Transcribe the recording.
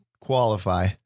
qualify